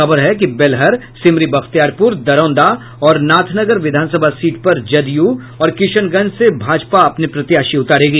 खबर है कि बेलहर सिमरी बख्तियारपुर दरौंदा और नाथनगर विधानसभा सीट पर जदयू और किशनगंज से भाजपा अपने प्रत्याशी उतारेगी